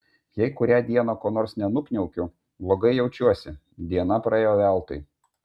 jei kurią dieną ko nors nenukniaukiu blogai jaučiuosi diena praėjo veltui